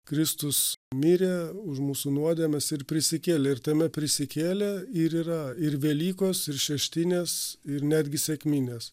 kristus mirė už mūsų nuodėmes ir prisikėlė ir tame prisikėlė ir yra ir velykos ir šeštinės ir netgi sekminės